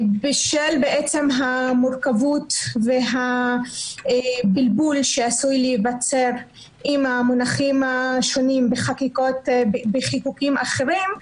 בשל המורכבות והבלבול שעשוי להיווצר עם המונחים השונים בחיקוקים אחרים,